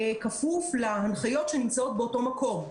שם זה יהיה כפוף להנחיות שנמצאות באותו מקום.